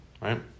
right